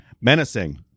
Menacing